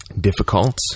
Difficult